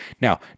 Now